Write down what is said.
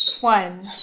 one